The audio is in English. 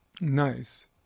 Nice